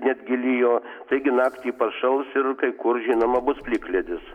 netgi lijo taigi naktį pašals ir kai kur žinoma bus plikledis